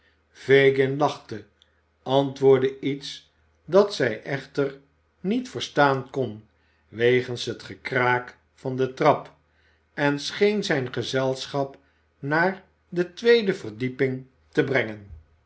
fagin lachte antwoordde iets dat zij echter niet verstaan kon wegens het gekraak van de trap en scheen zijn gezelschap naar de tweede verdieping te brengen